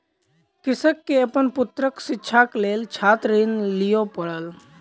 कृषक के अपन पुत्रक शिक्षाक लेल छात्र ऋण लिअ पड़ल